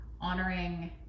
honoring